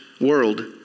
world